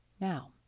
Now